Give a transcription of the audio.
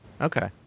Okay